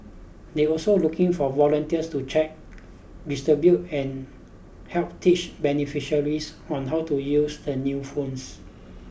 they're also looking for volunteers to check distribute and help teach beneficiaries on how to use the new phones